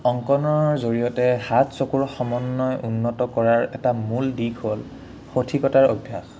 অংকনৰ জৰিয়তে হাত চকুৰ সমন্বয় উন্নত কৰাৰ এটা মূল দিশ হ'ল সঠিকতাৰ অভ্যাস